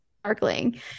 sparkling